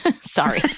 Sorry